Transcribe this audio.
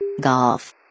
Golf